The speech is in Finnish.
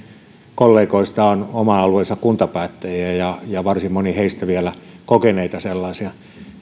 kollegoista ovat oman alueensa kuntapäättäjiä ja ja varsin monet heistä vielä kokeneita sellaisia